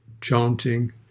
chanting